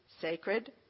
sacred